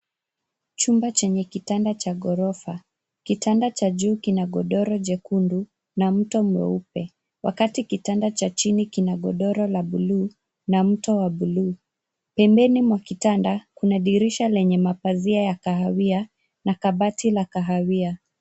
Chumba chenye kitanda cha ghorofa. Kitanda cha juu kina godoro jekundu na mto mweupe wakati kitanda cha chini kina godoro la bluu na mto wa bluu. Pembeni mwa kitanda kuna madirisha yenye mapazia ya kahawia na kabati la kahawia.